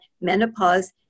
menopause